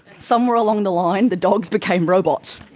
somewhere along the line the dogs became robots,